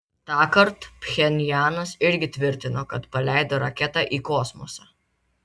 tąkart pchenjanas irgi tvirtino kad paleido raketą į kosmosą